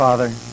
Father